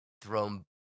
thrown